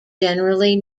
generally